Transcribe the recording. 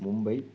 Mumbai